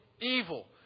evil